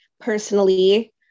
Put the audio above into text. Personally